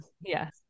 Yes